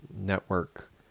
network